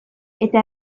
eta